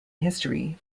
history